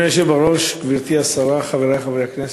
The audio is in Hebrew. אדוני היושב בראש, גברתי השרה, חברי חברי הכנסת,